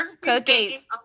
cookies